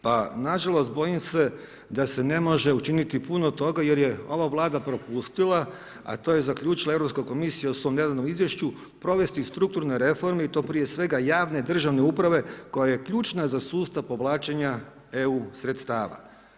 Pa nažalost, bojim se da se ne može učiniti puno toga jer je ova Vlada propustila, a to je zaključila Europska komisija u svom nedavnom izvješću, provesti strukturne reforme i to prije svega javne državne uprave koja je ključna za sustav povlačenja EU sredstava.